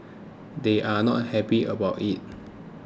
they're not happy about it